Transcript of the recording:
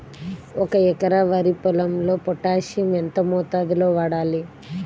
ఒక ఎకరా వరి పొలంలో పోటాషియం ఎంత మోతాదులో వాడాలి?